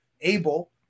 able